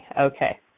Okay